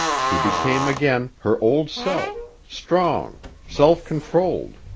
she became again her old self, strong, self-controlled,